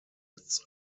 its